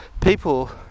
people